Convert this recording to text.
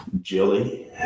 Jilly